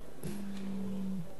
אז עמדנו בכלל הראשון,